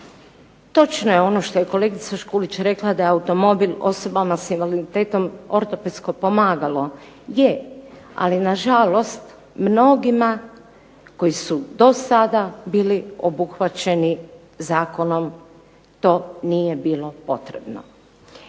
Točno je ono što je kolegica Škulić rekla da je automobil osobama sa invaliditetom ortopedsko pomagalo. Je. Ali na žalost mnogima koji su do sada bili obuhvaćeni zakonom to nije bilo potrebno.